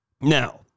Now